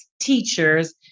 teachers